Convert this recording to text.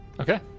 okay